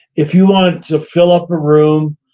if you want to fill up a room,